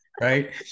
Right